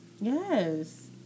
Yes